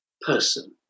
person